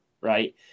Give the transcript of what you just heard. right